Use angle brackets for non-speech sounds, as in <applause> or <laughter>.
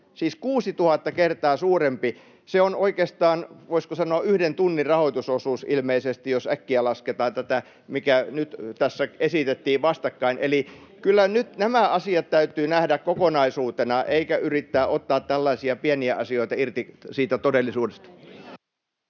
esitettiin vastakkain, on oikeastaan, voisiko sanoa, yhden tunnin rahoitusosuus, ilmeisesti jos äkkiä lasketaan. <noise> Eli kyllä nyt nämä asiat täytyy nähdä kokonaisuutena eikä yrittää ottaa tällaisia pieniä asioita irti todellisuudesta.